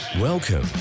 Welcome